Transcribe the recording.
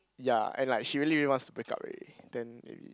ya and like she really wants to break up already then maybe